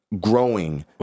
growing